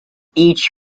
each